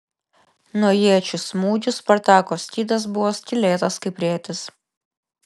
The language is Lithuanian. nuo iečių smūgių spartako skydas buvo skylėtas kaip rėtis